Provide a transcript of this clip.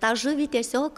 tą žuvį tiesiog